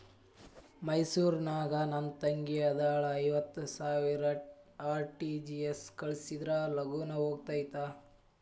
ಮೈಸೂರ್ ನಾಗ ನನ್ ತಂಗಿ ಅದಾಳ ಐವತ್ ಸಾವಿರ ಆರ್.ಟಿ.ಜಿ.ಎಸ್ ಕಳ್ಸಿದ್ರಾ ಲಗೂನ ಹೋಗತೈತ?